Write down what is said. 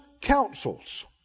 counsels